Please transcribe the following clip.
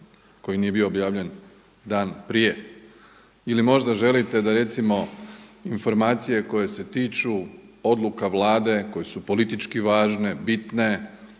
koji nije bio objavljen dan prije ili možda želite da recimo informacije koje se tiču odluka Vlade, koje su politički važne, bitne